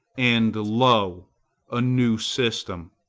and lo! a new system.